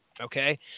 Okay